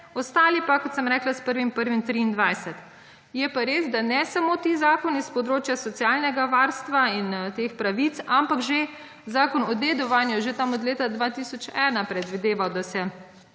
Ostali pa, kot sem rekla, s 1. 1. 2023. Je pa res, da ne samo ti zakoni s področja socialnega varstva in teh pravic, ampak že zakon o dedovanju že tam od leta 2001 predvideva, da se